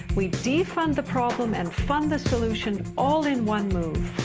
we defund the problem and fund the solutions, all in one move.